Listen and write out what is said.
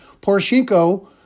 Poroshenko